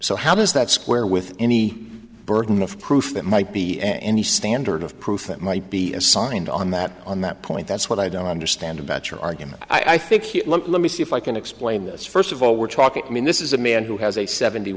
so how does that square with any burden of proof it might be and any standard of proof that might be assigned on that on that point that's what i don't understand about your argument i think here let me see if i can explain this first of all we're talking i mean this is a man who has a seventy